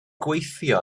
gweithio